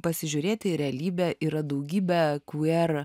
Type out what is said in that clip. pasižiūrėti į realybę yra daugybę queer